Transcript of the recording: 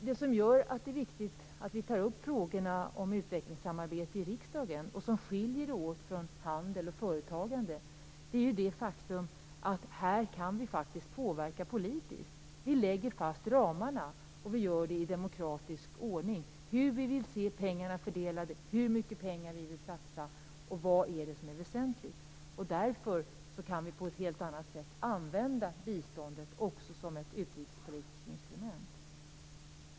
Det som gör att det är viktigt att vi tar upp frågorna om utvecklingssamarbete i riksdagen och som skiljer sig från handel och företagande är det faktum att vi här faktiskt kan påverka politiskt. Vi lägger fast ramarna, och vi gör det i demokratisk ordning. Det gäller hur vi vill se pengarna fördelade, hur mycket pengar vi vill satsa och vad vi tycker är väsentligt. Därför kan vi på ett helt annat sätt använda biståndet också som ett utrikespolitiskt instrument.